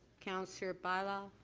councillor but